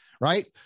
Right